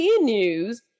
news